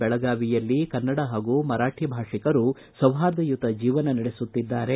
ಬೆಳಗಾವಿಯಲ್ಲಿಕನ್ನಡ ಹಾಗೂ ಮರಾಠಿ ಭಾಷಿಕರು ಸೌಹಾರ್ದಯುತ ಜೀವನ ನಡೆಸುತ್ತಿದ್ದಾರೆ